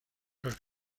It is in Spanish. los